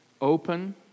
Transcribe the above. open